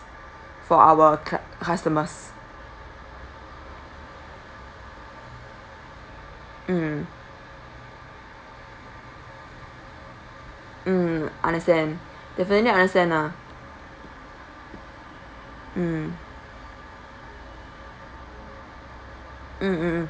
for our cust~ customers mm mm understand definitely understand lah mm mm mm mm